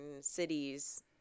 cities